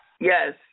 Yes